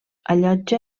allotja